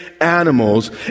animals